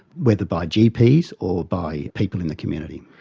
whether by gps or by people in the community.